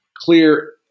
clear